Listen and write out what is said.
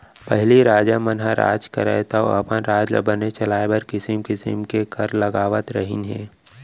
पहिली राजा मन ह राज करयँ तौ अपन राज ल बने चलाय बर किसिम किसिम के कर लगावत रहिन हें